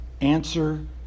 answer